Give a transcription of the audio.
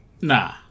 nah